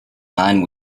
nine